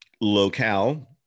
locale